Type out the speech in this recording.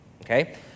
okay